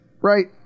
right